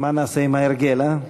מה נעשה עם ההרגל, אה?